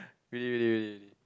really really really